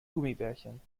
gummibärchen